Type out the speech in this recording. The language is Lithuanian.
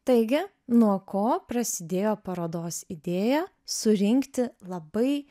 taigi nuo ko prasidėjo parodos idėja surinkti labai